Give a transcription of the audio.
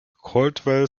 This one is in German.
caldwell